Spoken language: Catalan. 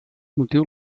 motiu